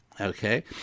okay